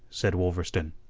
said wolverstone.